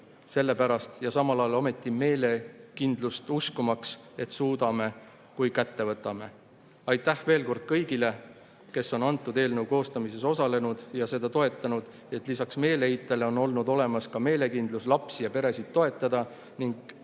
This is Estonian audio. selle pärast ja samal ajal ometi meelekindlust uskumaks, et suudame, kui kätte võtame." Aitäh veel kord kõigile, kes on eelnõu koostamises osalenud ja seda toetanud, selle eest, et lisaks meeleheitele on olnud olemas ka meelekindlus lapsi ja peresid toetada ning